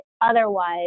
otherwise